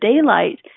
daylight